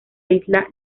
isla